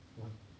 want